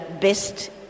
best